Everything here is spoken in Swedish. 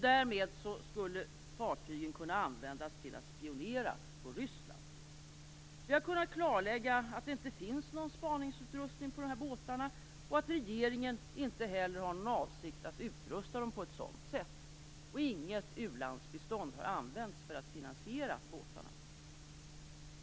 Därmed skulle fartygen kunna användas till att spionera på Ryssland. Vi har kunnat klarlägga att det inte finns någon spaningsutrustning på dessa båtar, att regeringen inte heller har någon avsikt att utrusta dem på ett sådant sätt och att inget u-landsbistånd har använts för att finansiera båtarna.